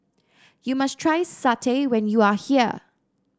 you must try satay when you are here